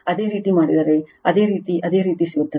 ಅದೇ ರೀತಿ ಮಾಡಿದರೆ ಅದೇ ರೀತಿ ಅದೇ ರೀತಿ ಸಿಗುತ್ತದೆ